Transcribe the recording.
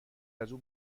ازاو